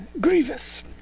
Grievous